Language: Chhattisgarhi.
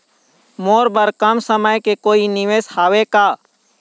मोर बर कम समय के कोई निवेश हावे का?